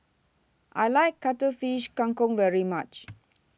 I like Cuttlefish Kang Kong very much